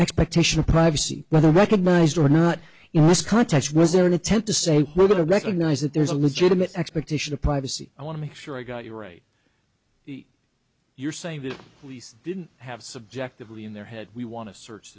expectation of privacy whether recognized or not in this context was there an attempt to say we're going to recognize that there's a legitimate expectation of privacy i want to make sure i got you right you're saying that police didn't have subjectively in their head we want to search